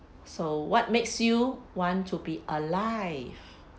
so what makes you want to be alive